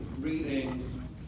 reading